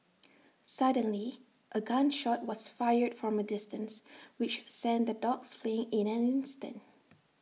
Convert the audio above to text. suddenly A gun shot was fired from A distance which sent the dogs fleeing in an instant